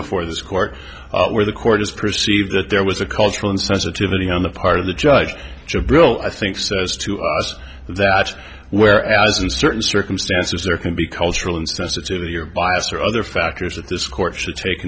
before this court where the court has perceived that there was a cultural insensitivity on the part of the judge joe brill i think says to us that where as in certain circumstances there can be cultural insensitivity your bias or other factors that this court should take